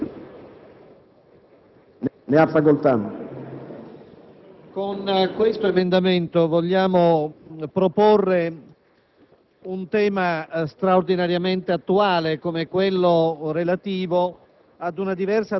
che hanno sollecitato tali rimborsi. Crediamo che questa proposta sia un atto di giustizia per evitare che queste norme di risorse fiscali vengano prescritte.